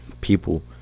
people